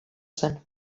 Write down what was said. zen